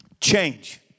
Change